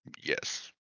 Yes